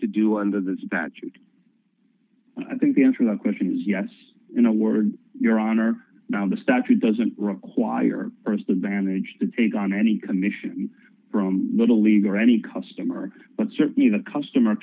do under this statute and i think the answer the question is yes in a word your honor now the statute doesn't require st advantage to take on any commission from little league or any customer but certainly the customer